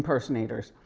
impersonators.